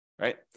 right